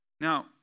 Now